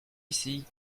ici